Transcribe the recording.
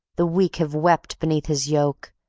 the weak have wept beneath his yoke,